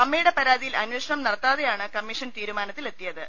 അമ്മ യുടെ പരാതിയിൽ അന്വേഷണം നടത്താതെയാണ് കമ്മീഷൻ തീരുമാനത്തി ലെത്തിയത്